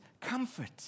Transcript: comfort